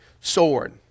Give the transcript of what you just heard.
sword